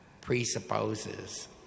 presupposes